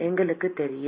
எங்களுக்கு தெரியும்